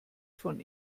von